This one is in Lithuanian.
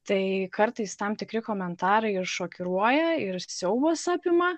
tai kartais tam tikri komentarai ir šokiruoja ir siaubas apima